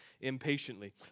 impatiently